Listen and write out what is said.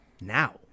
now